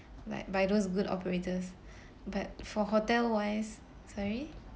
like by those good operators but for hotel wise sorry